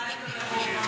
מה לגבי בורמה?